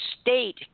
state